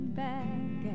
back